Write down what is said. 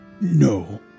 No